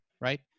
right